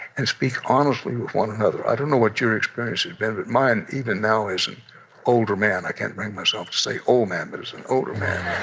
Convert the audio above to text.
and speak honestly with one another. i don't know what your experience has been, but mine, even now as an older man i can't bring myself to say old man. but as an older man.